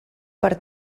per